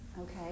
Okay